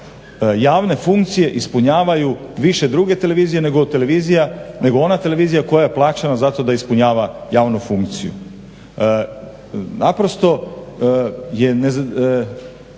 javne funkcije ispunjavaju više druge televizije nego ona televizija koja je plaćena za to da ispunjava javnu funkciju. Naprosto je teško